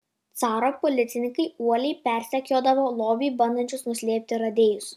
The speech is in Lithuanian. caro policininkai uoliai persekiodavo lobį bandančius nuslėpti radėjus